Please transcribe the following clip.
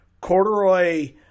Corduroy